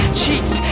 cheats